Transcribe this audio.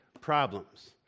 problems